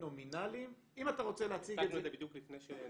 נומינליים --- הצגנו את זה בדיוק לפני שנכנסת.